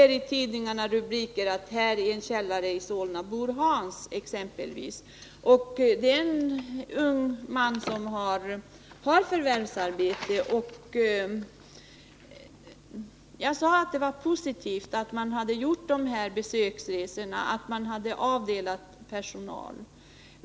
Vi kani tidningarna läsa rubriker som att ”Här i en källare i Solna bor Hans” — det gällde en ung man med förvärvsarbete. Jag sade att det var positivt att man hade gjort besöksresor och att man hade avdelat personal för de här frågorna.